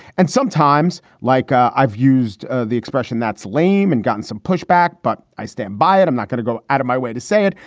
and sometimes like i've used the expression that's lame and gotten some pushback, but i stand by it. i'm not going to go out of my way to say it,